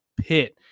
Pitt